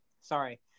sorry